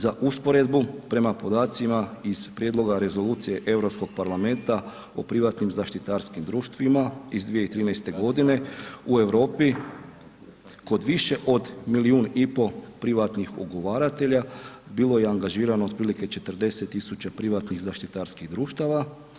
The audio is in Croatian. Za usporedbu prema podacima iz prijedloga rezolucije EU parlamenta o privatnim zaštitarskim društvima iz 2013. godine, u Europi kod više od milijun i pol privatnih ugovaratelja bilo je angažirano otprilike 40 tisuća privatnih zaštitarskih društava.